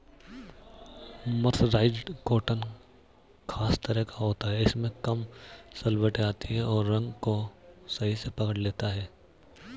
mercerised cotton खास तरह का होता है इसमें कम सलवटें आती हैं और रंग को सही से पकड़ लेता है